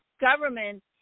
government